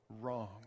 wrong